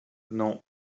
non